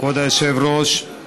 כבוד היושב-ראש,